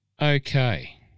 okay